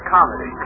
Comedy